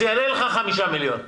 אז יעלה לך חמישה מיליון שקלים.